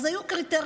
אז היו קריטריונים,